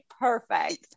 perfect